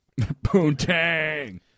poontang